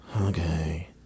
okay